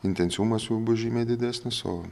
intensyvumas jau bus žymiai didesnis o